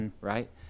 Right